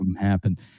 happen